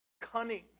cunning